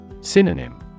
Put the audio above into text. Synonym